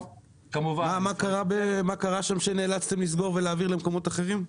מה קרה שם שנאלצתם לסגור ולהעביר למקומות אחרים?